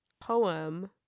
poem